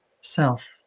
self